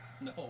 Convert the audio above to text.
No